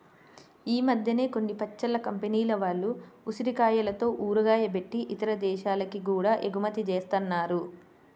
ఈ మద్దెన కొన్ని పచ్చళ్ళ కంపెనీల వాళ్ళు ఉసిరికాయలతో ఊరగాయ బెట్టి ఇతర దేశాలకి గూడా ఎగుమతి జేత్తన్నారు